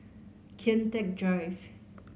Kian Teck Drive